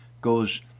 goes